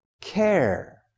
care